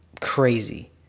crazy